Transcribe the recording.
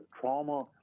trauma